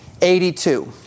82